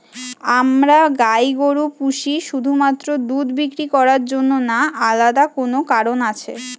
আমরা গাই গরু পুষি শুধুমাত্র দুধ বিক্রি করার জন্য না আলাদা কোনো কারণ আছে?